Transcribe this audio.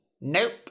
Nope